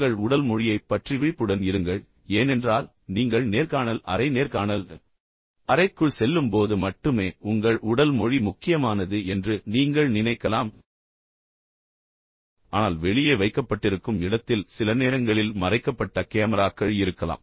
உங்கள் உடல் மொழியைப் பற்றி விழிப்புடன் இருங்கள் ஏனென்றால் நீங்கள் நேர்காணல் அறை நேர்காணல் அறைக்குள் செல்லும்போது மட்டுமே உங்கள் உடல் மொழி முக்கியமானது என்று நீங்கள் நினைக்கலாம் ஆனால் வெளியே வைக்கப்பட்டிருக்கும் இடத்தில் சில நேரங்களில் மறைக்கப்பட்ட கேமராக்கள் இருக்கலாம்